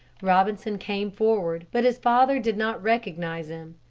robinson came forward, but his father did not recognize him.